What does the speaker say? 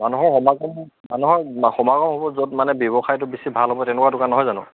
মানুহৰ সমাগম মানুহৰ সমাগম হ'ব য'ত মানে ব্যৱসায়টো বেছি ভাল হ'ব তেনেকুৱা দোকান নহয় জানো